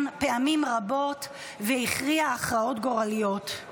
פעמים רבות והכריע הכרעות גורליות.